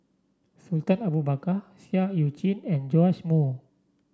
Sultan Abu Bakar Seah Eu Chin and Joash Moo